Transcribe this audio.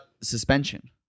suspension